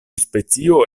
specio